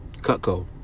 Cutco